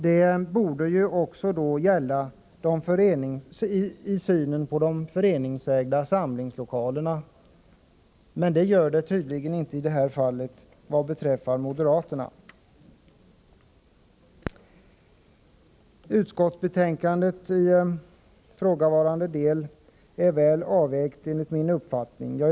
Det borde då också gälla i synen på de föreningsägda samlingslokalerna, men det gör det tydligen inte i detta fall vad moderaterna beträffar. Utskottets förslag i ifrågavarande del är enligt min uppfattning väl avvägt.